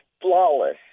flawless